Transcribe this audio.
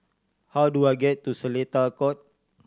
how do I get to Seletar Court